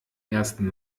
ersten